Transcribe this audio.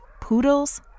Poodles